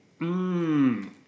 Mmm